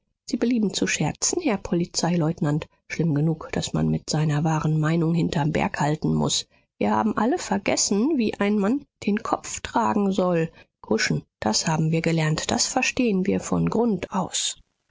sie belieben zu scherzen herr polizeileutnant schlimm genug daß man mit seiner wahren meinung hinterm berg halten muß wir haben alle vergessen wie ein mann den kopf tragen soll kuschen das haben wir gelernt das verstehen wir von grund aus